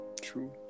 True